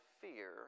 fear